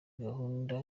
gahunda